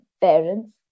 parents